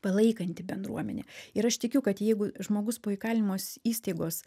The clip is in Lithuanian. palaikanti bendruomenė ir aš tikiu kad jeigu žmogus po įkalinimos įstaigos